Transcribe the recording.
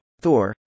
Thor